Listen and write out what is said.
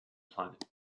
planet